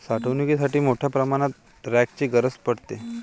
साठवणुकीसाठी मोठ्या प्रमाणावर रॅकची गरज पडते